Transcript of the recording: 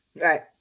Right